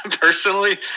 personally